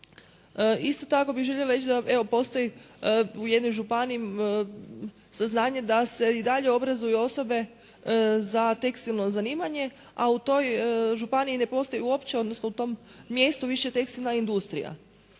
Isto tako bih željela da, evo postoji u jednoj županiji saznanje da se i dalje obrazuju osobe za tekstilno zanimanje, a u toj županiji ne postoji uopće, odnosno u tom mjestu više tekstilna industrija.